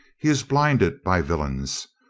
he is blinded by villains.